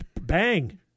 Bang